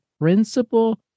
principle